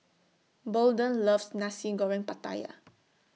Bolden loves Nasi Goreng Pattaya